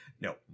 No